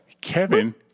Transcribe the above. Kevin